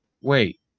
Wait